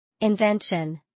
Invention